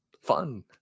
fun